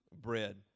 bread